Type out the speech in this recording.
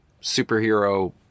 superhero